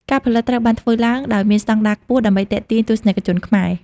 ការផលិត ត្រូវបានធ្វើឡើងដោយមានស្តង់ដារខ្ពស់ដើម្បីទាក់ទាញទស្សនិកជនខ្មែរ។